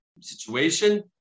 situation